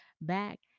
back